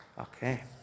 Okay